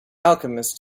alchemist